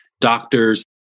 doctors